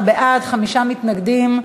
18 בעד, חמישה מתנגדים.